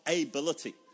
ability